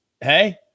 hey